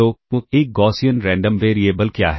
तो एक Gaussian random variable क्या है